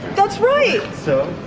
that's right. so